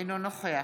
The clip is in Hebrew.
אינו נוכח